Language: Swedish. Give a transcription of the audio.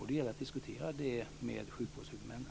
Det gäller att diskutera det med sjukvårdshuvudmännen.